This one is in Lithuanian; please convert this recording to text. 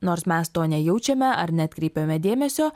nors mes to nejaučiame ar neatkreipiame dėmesio